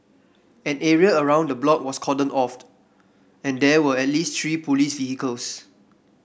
an area around the block was cordoned off and there were at least three police vehicles